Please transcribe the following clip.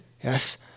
Yes